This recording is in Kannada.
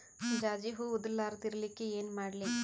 ಜಾಜಿ ಹೂವ ಉದರ್ ಲಾರದ ಇರಲಿಕ್ಕಿ ಏನ ಮಾಡ್ಲಿ?